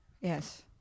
Yes